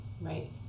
right